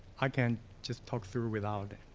i can just talk through without